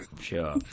Sure